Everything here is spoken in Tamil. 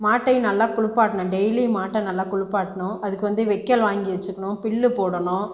மாட்டையும் நல்லா குளிப்பாட்டணும் டெய்லியும் மாட்டை நல்லா குளிப்பாட்டணும் அதுக்கு வந்து வைக்கல் வாங்கி வச்சுக்கணும் புல்லு போடணும்